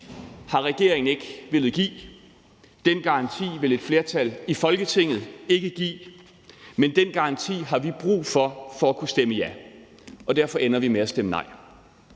har regeringen ikke villet give; den garanti vil et flertal i Folketinget ikke give; men den garanti har vi brug for for at kunne stemme ja. Og derfor ender vi med at stemme nej.